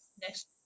next